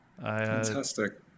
Fantastic